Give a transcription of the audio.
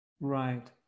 Right